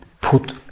put